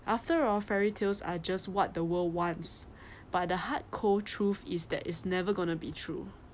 after all fairy tales or just what the world once but the hard cold truth is that is never going to be true